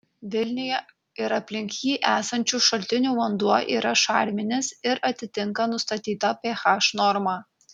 vilniuje ir aplink jį esančių šaltinių vanduo yra šarminis ir atitinka nustatytą ph normą